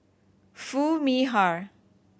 Foo Mee Har